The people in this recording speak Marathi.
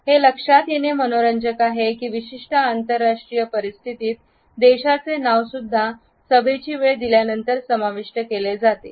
हे लक्षात घेणे मनोरंजक आहे की विशिष्ट आंतरराष्ट्रीय परिस्थितीत देशाचे नाव सुद्धा सभेची वेळ दिल्यानंतर समाविष्ट केले जाते